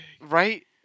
Right